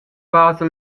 basa